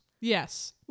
Yes